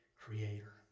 creator